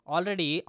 Already